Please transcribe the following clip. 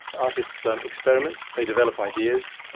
artists um experiment, they develop ideas,